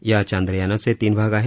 या चांद्रयानाचे तीन भाग आहेत